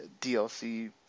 DLC